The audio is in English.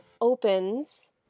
opens